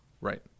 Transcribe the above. Right